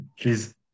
please